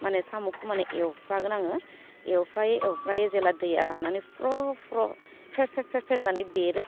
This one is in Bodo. माने साम'खौ माने एवफ्रागोन आङो एवफ्रायै एवफ्रायै जेब्ला दैया रान्नानै फ्र फ्र फ्रे फ्रे फ्रे फ्रे होन्नानै बेरो